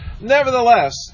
nevertheless